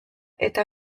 eta